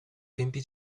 tempi